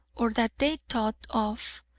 or that they thought of,